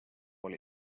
oli